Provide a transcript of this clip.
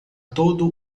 todo